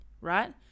right